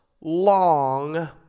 long